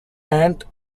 end